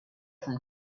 from